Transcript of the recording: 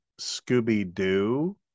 scooby-doo